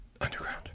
Underground